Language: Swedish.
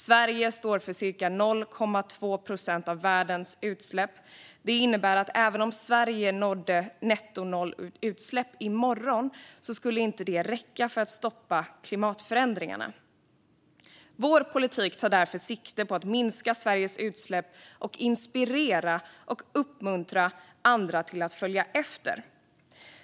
Sverige står för cirka 0,2 procent av världens utsläpp. Det innebär att även om Sverige nådde nettonollutsläpp i morgon skulle det inte räcka för att stoppa klimatförändringarna. Vår politik tar därför sikte på att minska Sveriges utsläpp och inspirera och uppmuntra andra att följa efter.